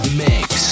mix